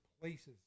places